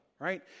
right